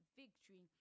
victory